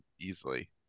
easily